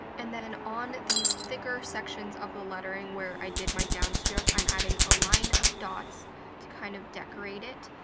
and then, on these thicker sections of the lettering, where i did my downstroke, i'm adding a line of dots to kind of decorate it.